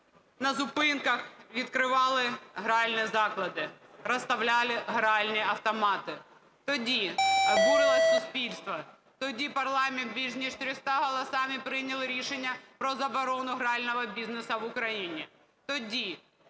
на зупинках відкривали гральні заклади, розставляли гральні автомати. Тоді обурилось суспільство, тоді парламент більше, ніж 300 голосами прийняв рішення про заборону грального бізнесу в Україні.